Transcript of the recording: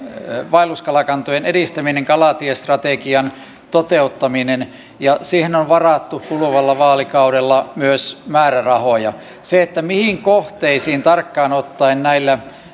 vaelluskalakantojen edistäminen kalatiestrategian toteuttaminen ja siihen on varattu kuluvalla vaalikaudella myös määrärahoja sen ratkaisun aika mihin kohteisiin tarkkaan ottaen näillä